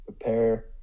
prepare